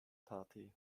party